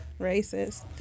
Racist